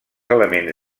elements